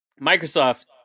Microsoft